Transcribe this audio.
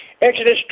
Exodus